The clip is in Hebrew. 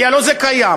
כי הלוא זה קיים.